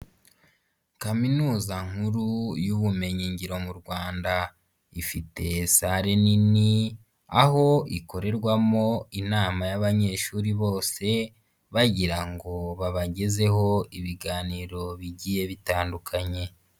Kaminuza nkuru y'ubumenyingiro mu Rwanda, ifite sale nini aho ikorerwamo inama y'abanyeshuri bose bagira ngo babagezeho ibiganiro bigiye bitandukanye.